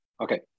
Okay